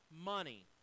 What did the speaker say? money